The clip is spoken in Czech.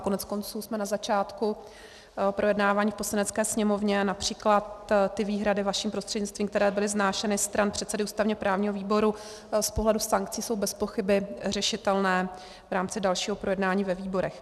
Koneckonců jsme na začátku projednávání v Poslanecké sněmovně a například ty výhrady, vaším prostřednictvím, které byly vznášeny stran předsedy ústavněprávního výboru z pohledu sankcí jsou bezpochyby řešitelné v rámci dalšího projednávání ve výborech.